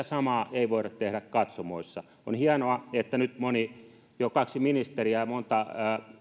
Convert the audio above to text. samaa ei voida tehdä katsomoissa on hienoa että nyt moni jo kaksi ministeriä ja monta